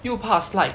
又怕 slide